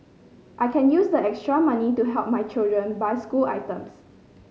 I can use the extra money to help my children buy school items